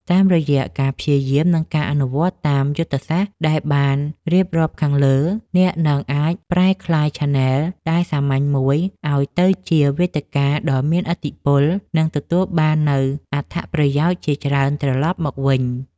តាមរយៈការព្យាយាម និងការអនុវត្តតាមយុទ្ធសាស្ត្រដែលបានរៀបរាប់ខាងលើ អ្នកនឹងអាចប្រែក្លាយឆានែលសាមញ្ញមួយឱ្យទៅជាវេទិកាដ៏មានឥទ្ធិពល និងទទួលបាននូវអត្ថប្រយោជន៍ជាច្រើនត្រឡប់មកវិញ។